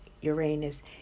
uranus